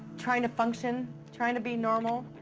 trying to function, trying to be normal.